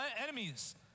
enemies